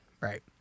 right